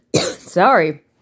Sorry